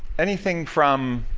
anything from,